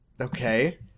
Okay